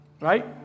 right